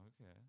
Okay